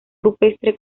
rupestre